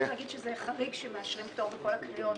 צריך להגיד שזה חריג שמאשרים פטור בשלוש הקריאות.